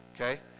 Okay